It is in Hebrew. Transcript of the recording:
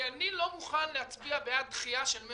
כי אני לא מוכן להצביע בעד דחייה של 100